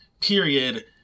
period